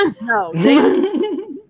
no